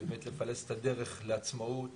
באמת לפלס את הדרך לעצמאות